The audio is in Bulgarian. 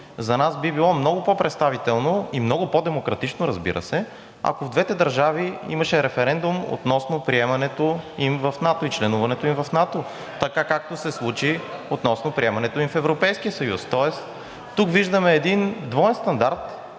за нас би било много по-представително и демократично, разбира се, ако в двете държави имаше референдум относно приемането им в НАТО и членуването им в НАТО, така както се случи относно приемането им в Европейския съюз. Тоест тук виждаме един двоен стандарт